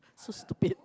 so stupid